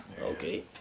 okay